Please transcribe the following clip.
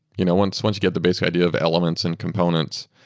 you know once once you get the basic idea of elements and components,